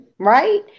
right